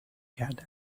کرده